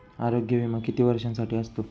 आरोग्य विमा किती वर्षांसाठी असतो?